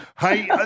Hey